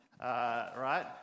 right